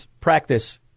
practice